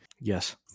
Yes